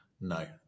No